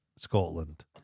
Scotland